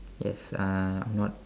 yes I not